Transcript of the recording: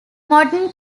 modern